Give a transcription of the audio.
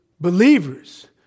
believers